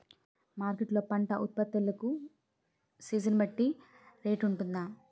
Market లొ పంట ఉత్పత్తి లకు సీజన్ బట్టి రేట్ వుంటుందా?